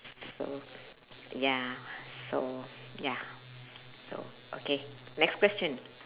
so ya so ya so okay next question